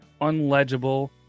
unlegible